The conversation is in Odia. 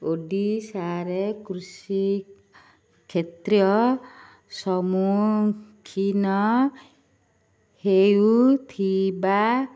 ଓଡ଼ିଶାରେ କୃଷି କ୍ଷେତ୍ର ସମ୍ମୁଖୀନ ହେଉଥିବା